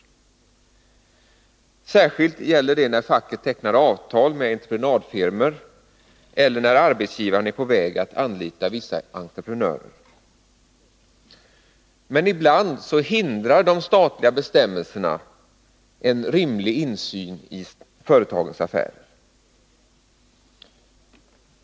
Det gäller särskilt när facket tecknar avtal med 27 november 1981 entreprenadfirmor eller när arbetsgivaren är på väg att anlita vissa entreprenörer. Men ibland hindrar de statliga bestämmelserna en rimlig insyn i företagens affärer.